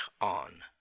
on